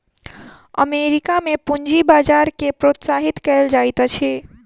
America में पूंजी बजार के प्रोत्साहित कयल जाइत अछि